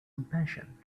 impatient